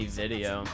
video